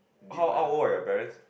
how are old are your parents